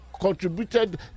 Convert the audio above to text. contributed